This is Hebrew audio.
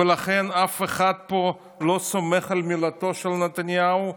ולכן אף אחד פה לא סומך על מילתו של נתניהו,